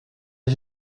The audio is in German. ich